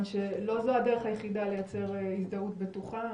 שלא זו הדרך היחידה לייצר הזדהות בטוחה.